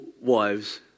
wives